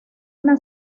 una